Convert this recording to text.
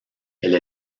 elle